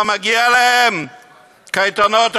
לא מגיע להם קייטנות,